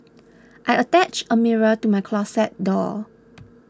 I attached a mirror to my closet door